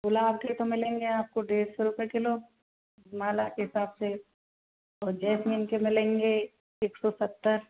गुलाब के तो मिलेंगे आपको डेढ़ सौ रुपए किलो माला के हिसाब से और जेसमीन के मिलेंगे एक सौ सत्तर